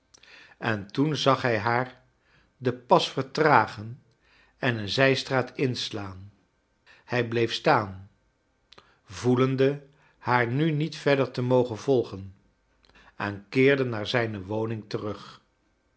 en toen zag hij haar den pas vertragen en een zij straat inslaan hij bleef staan voelende haar nu niet verder te mogen volgen en keerde naar zijne woning terug